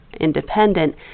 independent